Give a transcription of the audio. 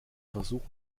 versuch